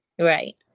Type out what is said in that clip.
Right